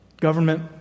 government